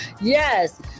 yes